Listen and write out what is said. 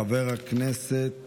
חבר הכנסת